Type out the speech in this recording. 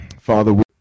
Father